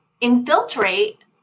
infiltrate